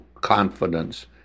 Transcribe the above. confidence